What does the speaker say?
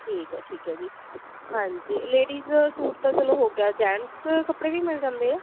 ਠੀਕ ਹੈ ਠੀਕ ਹੈ ਜੀ ਹਾਂਜੀ ਲੇਡੀਜ ਸੂਟ ਤਾਂ ਚਲੋ ਹੋ ਗਿਆ ਜੈਂਟਸ ਕੱਪੜੇ ਵੀ ਮਿਲ ਜਾਂਦੇ ਹੈ